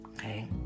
okay